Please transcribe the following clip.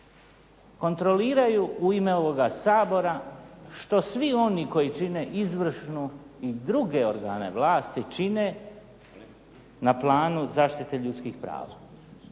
kontroliraju u ime ovoga Sabora što svi oni koji čine izvršnu i druge organe vlasti čine na planu zaštite ljudskih prava.